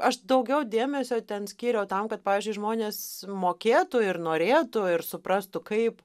aš daugiau dėmesio ten skyriau tam kad pavyzdžiui žmonės mokėtų ir norėtų ir suprastų kaip